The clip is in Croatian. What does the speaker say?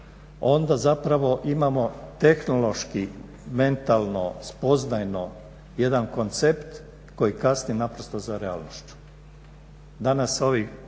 onda zapravo imamo tehnološki, mentalni, spoznajno jedan koncept koji kasni naprosto za realnošću.